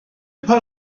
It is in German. paar